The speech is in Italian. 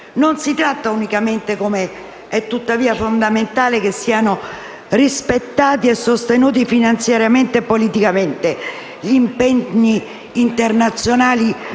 Non si tratta unicamente, come è tuttavia fondamentale, che siano rispettati e sostenuti finanziariamente e politicamente gli impegni internazionali